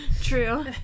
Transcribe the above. True